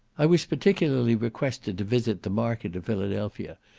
i was particularly requested to visit the market of philadelphia,